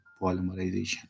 polymerization